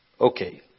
Okay